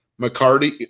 McCarty –